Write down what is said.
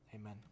Amen